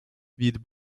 vid